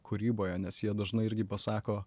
kūryboje nes jie dažnai irgi pasako